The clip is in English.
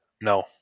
No